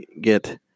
get